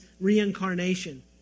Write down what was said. reincarnation